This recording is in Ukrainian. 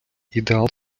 ідеал